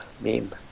meme